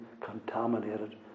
contaminated